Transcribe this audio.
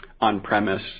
on-premise